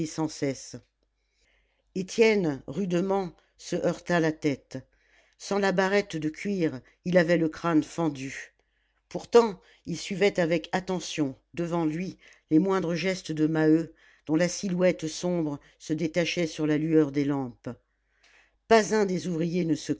sans cesse étienne rudement se heurta la tête sans la barrette de cuir il avait le crâne fendu pourtant il suivait avec attention devant lui les moindres gestes de maheu dont la silhouette sombre se détachait sur la lueur des lampes pas un des ouvriers ne se